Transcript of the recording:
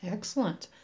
Excellent